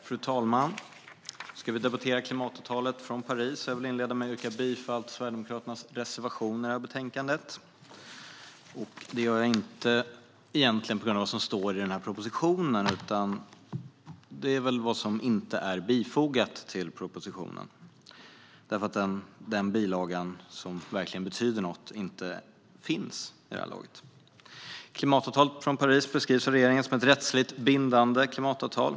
Fru talman! Nu ska vi debattera klimatavtalet från Paris, och jag vill inleda med att yrka bifall till Sverigedemokraternas reservation i betänkandet. Det gör jag inte på grund av det som står i propositionen, utan på grund av det som inte är bifogat till propositionen, därför att den bilaga som verkligen betyder något ännu inte finns. Godkännande av klimatavtalet från Paris Klimatavtalet från Paris beskrivs av regeringen som ett rättsligt bindande klimatavtal.